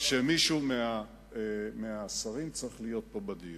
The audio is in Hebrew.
שמישהו מהשרים צריך להיות פה בדיון.